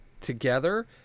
together